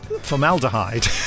Formaldehyde